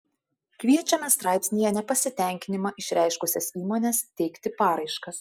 kviečiame straipsnyje nepasitenkinimą išreiškusias įmones teikti paraiškas